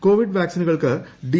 Covid വാക്സിനുകൾക്ക് D